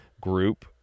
group